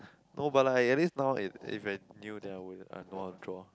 no but like I at least now it if I knew that I would I know how to draw